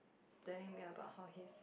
telling me about how his